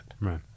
Right